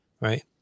Right